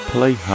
Play